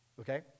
Okay